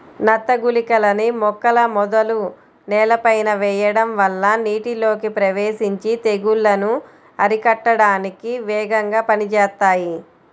నత్త గుళికలని మొక్కల మొదలు నేలపైన వెయ్యడం వల్ల నీటిలోకి ప్రవేశించి తెగుల్లను అరికట్టడానికి వేగంగా పనిజేత్తాయి